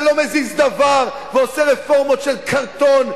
שלא מזיז דבר ועושה רפורמות של קרטון,